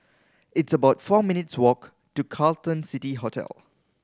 it's about four minutes' walk to Carlton City Hotel